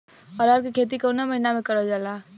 अरहर क खेती कवन महिना मे करल जाला?